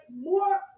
more